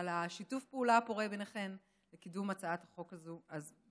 ועל שיתוף הפעולה הפורה ביניכן לקידום הצעת החוק הזאת.